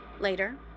Later